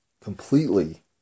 completely